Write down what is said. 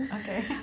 Okay